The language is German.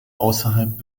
außerhalb